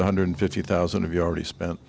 the hundred fifty thousand of you already spent